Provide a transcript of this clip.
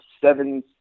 seven